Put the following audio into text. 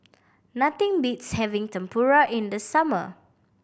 nothing beats having Tempura in the summer